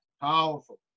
Powerful